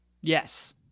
Yes